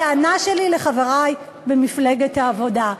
הטענה שלי היא לחברי במפלגת העבודה.